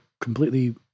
completely